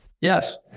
Yes